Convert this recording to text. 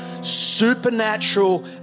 supernatural